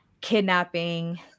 kidnapping